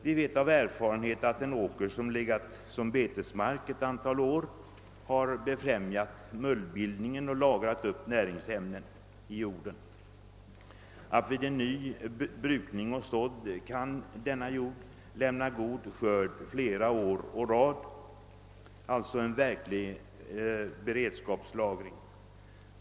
Vi vet av erfarenhet att en åker, som legat som betesmark ett antal år, har befrämjat mullbildningen och lagrat upp näringsämnen i jorden. Vid ny brukning och sådd kan denna jord lämna god skörd flera år å rad. Det är alltså en verklig beredskapslagring.